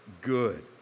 good